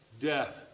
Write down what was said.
death